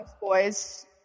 boys